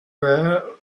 were